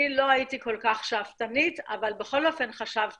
אני לא הייתי כל כך שאפתנית, אבל בכל זאת חשבתי,